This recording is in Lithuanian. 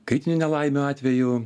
kritinių nelaimių atveju